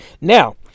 Now